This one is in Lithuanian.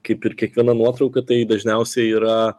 kaip ir kiekviena nuotrauka tai dažniausiai yra